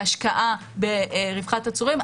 להשקעה ברווחת עצורים.